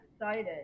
excited